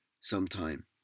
sometime